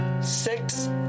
six